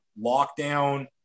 lockdown